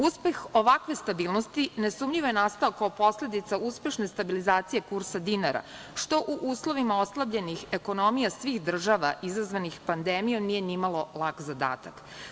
Uspeh ovakve stabilnosti nesumnjivo je nastao kao posledica uspešne stabilizacije kursa dinara, što u uslovima oslabljenih ekonomija svih država izazvanih pandemijom nije ni malo lak zadatak.